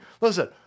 listen